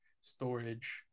storage